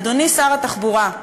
אדוני שר התחבורה,